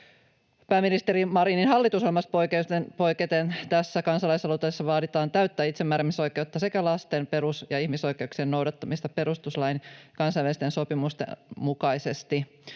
Pääministeri Marinin hallitusohjelmasta poiketen tässä kansalaisaloitteessa vaaditaan täyttä itsemääräämisoikeutta sekä lasten‑, perus‑ ja ihmisoikeuksien noudattamista perustuslain kansainvälisten sopimusten mukaisesti.